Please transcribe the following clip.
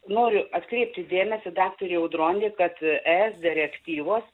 noriu atkreipti dėmesį daktarei audronei kad es direktyvos